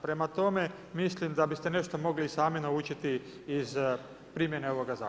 Prema tome, mislim da biste nešto mogli i sami naučiti iz primjene ovoga zakona.